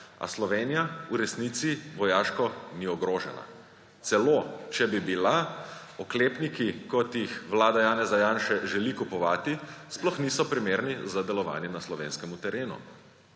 a Slovenija v resnici vojaško ni ogrožena. Celo če bi bila, oklepniki, kot jih vlada Janeza Janše želi kupovati, sploh niso primerni za delovanje na slovenskem terenu.